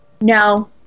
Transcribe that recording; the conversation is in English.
No